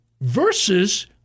Versus